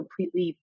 completely